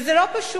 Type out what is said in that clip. וזה לא פשוט.